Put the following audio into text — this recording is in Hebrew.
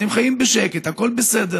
אתם חיים בשקט, הכול בסדר.